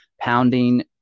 Pounding